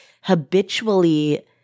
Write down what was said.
habitually